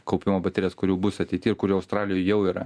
kaupimo baterijas kur jau bus ateity ir kur jau australijoj jau yra